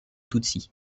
tutsi